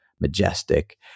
majestic